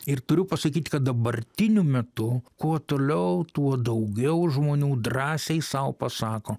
ir turiu pasakyt kad dabartiniu metu kuo toliau tuo daugiau žmonių drąsiai sau pasako